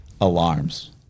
alarms